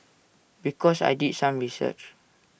because I did some research